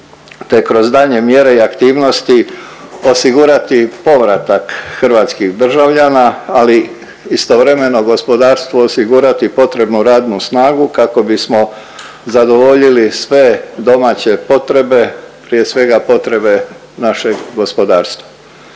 te kroz daljnje mjere i aktivnosti osigurati povratak hrvatskih državljana, ali istovremeno gospodarstvo osigurati potrebnu radnu snagu, kako bismo zadovoljili sve domaće potrebe, prije svega potrebe našeg gospodarstva.